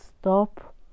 stop